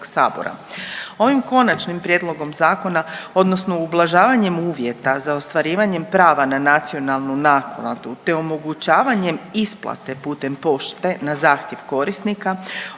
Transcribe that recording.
Poslovnika HS. Ovim Konačnim prijedlogom zakona odnosno ublažavanjem uvjeta za ostvarivanjem prava na nacionalnu naknadu, te omogućavanjem isplate putem pošte na zahtjev korisnika